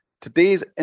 Today's